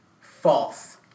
False